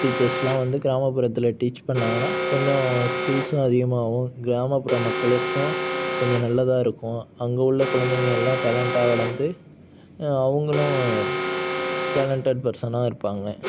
டீச்சர்ஸ்யெலாம் வந்து கிராமப்புறத்தில் டீச் பண்ணிணாங்கன்னா கொஞ்சம் ஸ்கில்ஸ்ஸும் அதிகமாகும் கிராமப்புற மக்களுக்கும் கொஞ்சம் நல்லதாக இருக்கும் அங்கே உள்ள குழந்தைங்கள் எல்லா டேலண்டாக வளர்ந்து அவங்களும் டேலண்ட்டட் பர்சனாக இருப்பாங்க